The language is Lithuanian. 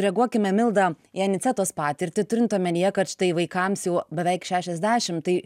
reaguokime milda į anicetos patirtį turint omenyje kad štai vaikams jau beveik šešiasdešim tai